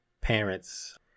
parents